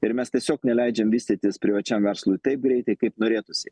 ir mes tiesiog neleidžiam vystytis privačiam verslui taip greitai kaip norėtųsi